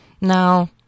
Now